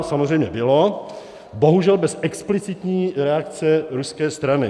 Samozřejmě bylo, bohužel bez explicitní reakce ruské strany.